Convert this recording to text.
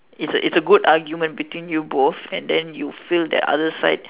it's it's a good argument between you both and then you feel the other side